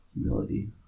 humility